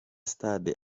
sitade